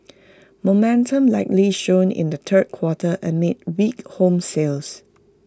momentum likely slowed in the third quarter amid weak home sales